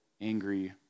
angry